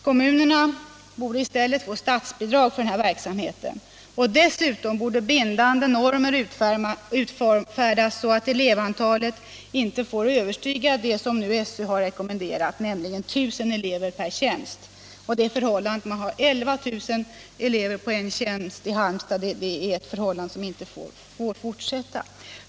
Kommunerna borde i stället få statsbidrag för denna verksamhet. Dessutom borde bindande normer utfärdas så att elevantalet inte får överstiga det som skolöverstyrelsen nu rekommenderat, nämligen 1 000 elever per tjänst. Att man har 11 000 elever på en tjänst i Halmstad är ett förhållande som inte får fortsätta.